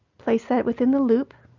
place that within the loop.